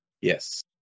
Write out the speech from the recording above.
yes